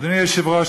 אדוני היושב-ראש,